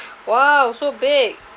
!wow! so big